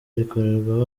rikorerwa